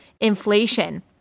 inflation